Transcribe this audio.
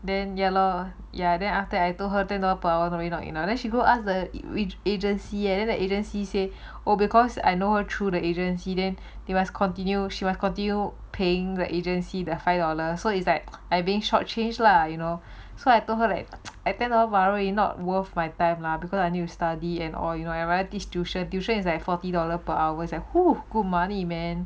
then ya lor ya then after I told her ten dollar per hour really not enough then she go ask the agency and then the agency say oh because I know her through the agency then they must continue she was continue paying the agency that five dollars so it's like I being short changed lah you know so I told her like ten dollar per hour not worth my time lah because I need to study and or you know I rather teach tuition tuition is like forty dollar per hours good money man